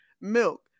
milk